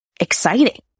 exciting